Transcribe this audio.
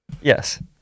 Yes